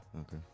Okay